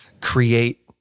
create